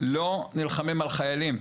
לא נלחמים על חיילים.